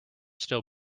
still